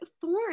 thorn